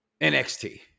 NXT